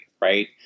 right